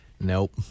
Nope